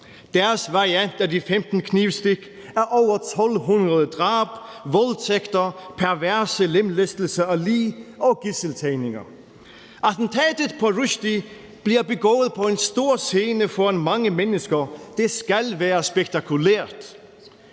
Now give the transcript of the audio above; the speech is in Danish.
Deres variant af de 15 knivstik er over 1.200 drab, voldtægter, perverse lemlæstelser af lig og gidseltagninger. Attentatet på Rushdie bliver begået på en stor scene foran mange mennesker. Det skal være spektakulært.